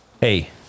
Hey